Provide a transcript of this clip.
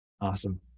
Awesome